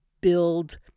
build